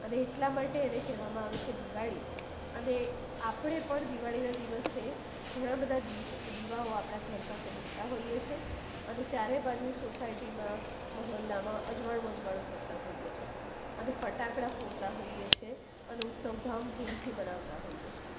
અને એટલા માટે એને કહેવામાં આવે છે દિવાળી અને આપણે પણ દિવાળીના દિવસે ઘણા બધા દીવ દીવાઓ આપણા ઘર પાસે મુકતા હોઈએ છીએ અને ચારે બાજુ સોસાયટીમાં મહોલ્લામાં અજવાળું અજવાળું કરતા હોઈએ છે અને ફટાકડા ફોડતા હોઈએ છે અને ઉત્સવ ધામધૂમથી મનાવતા હોઈએ છે